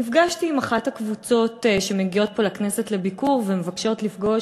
נפגשתי עם אחת הקבוצות שמגיעות לכנסת לביקור ומבקשות לפגוש